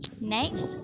next